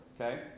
okay